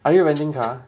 are you renting car